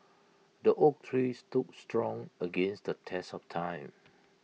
the oak tree stood strong against the test of time